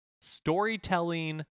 storytelling